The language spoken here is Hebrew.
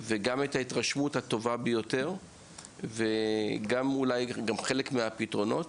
וגם את ההתרשמות הטובה ביותר וגם אולי גם חלק מהפתרונות